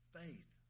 faith